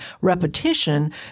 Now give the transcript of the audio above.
repetition